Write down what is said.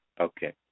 Okay